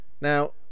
now